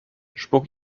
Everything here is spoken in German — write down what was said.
spuck